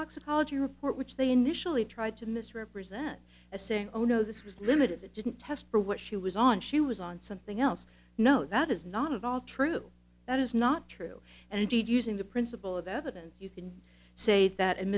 toxicology report which they initially tried to misrepresent as saying oh no this was limited it didn't test for what she was on she was on something else no that is not of all true that is not true and indeed using the principle of evidence you can say that a